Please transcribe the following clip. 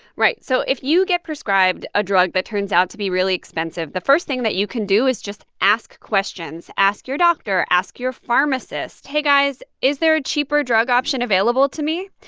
right. so if you get prescribed a drug that turns out to be really expensive, the first thing that you can do is just ask questions. ask your doctor. ask your pharmacist. hey, guys. is there a cheaper drug option available to me?